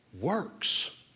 works